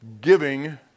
giving